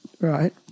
Right